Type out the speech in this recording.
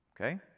Okay